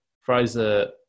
Fraser